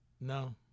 No